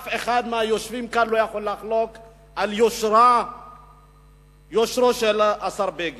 אף אחד מהיושבים כאן לא יכול לחלוק על יושרו של השר בגין.